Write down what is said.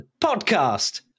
podcast